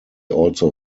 also